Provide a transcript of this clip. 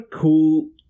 cool